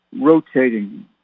rotating